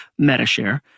MetaShare